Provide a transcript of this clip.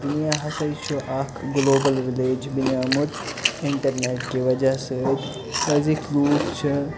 دُنیاہَس ہے چھُ اکھ گلوبَل وِلیج بِنیومُت اِنٹرنیٚٹ کہِ وَجہ سۭتۍ أزِکۍ لوٗکھ چھِ